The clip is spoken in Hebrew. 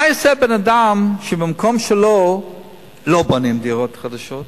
מה יעשה אדם שבמקום שלו לא בונים דירות חדשות?